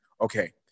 Okay